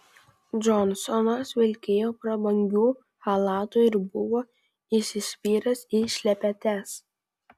džonsonas vilkėjo prabangiu chalatu ir buvo įsispyręs į šlepetes